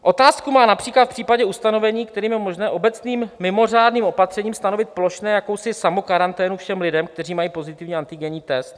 Otázku má například v případě ustanovení, kterým je možné obecným mimořádným opatřením stanovit plošně jakousi samokaranténu všem lidem, kteří mají pozitivní antigenní test.